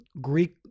greek